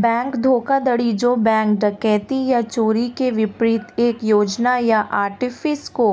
bank धोखाधड़ी जो bank डकैती या चोरी के विपरीत एक योजना या आर्टिफिस को